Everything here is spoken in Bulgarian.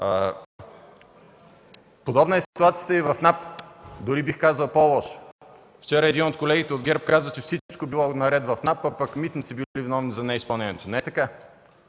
Подобна е ситуацията и в НАП, дори бих казал и по-лоша. Вчера един от колегите от ГЕРБ каза, че всичко в НАП било наред, а пък „Митници” били виновни за неизпълнението. Не е така.